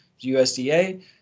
USDA